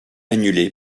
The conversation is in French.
annulée